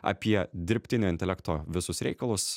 apie dirbtinio intelekto visus reikalus